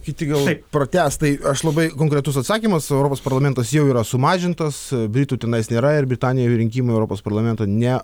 kiti gal pratęs tai aš labai konkretus atsakymas europos parlamentas jau yra sumažintas britų tenais nėra ir britanijoje rinkimai europos parlamento ne